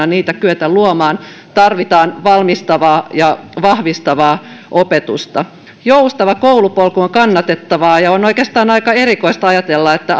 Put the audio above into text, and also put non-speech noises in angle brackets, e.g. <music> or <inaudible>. <unintelligible> niitä kyetä luomaan tarvitaan valmistavaa ja vahvistavaa opetusta joustava koulupolku on kannatettava on oikeastaan aika erikoista ajatella että <unintelligible>